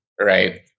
Right